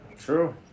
true